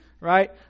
Right